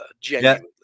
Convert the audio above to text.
genuinely